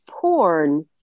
porn